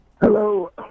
Hello